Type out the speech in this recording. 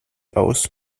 aus